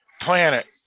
planet